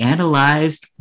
Analyzed